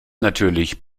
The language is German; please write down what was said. natürlich